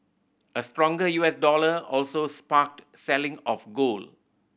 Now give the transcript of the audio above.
a stronger U S dollar also sparked selling of gold